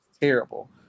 terrible